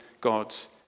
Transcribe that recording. God's